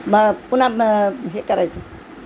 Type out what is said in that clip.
म पुन्हा हे करायचं